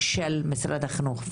של משרד החינוך יש להגיד.